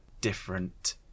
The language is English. different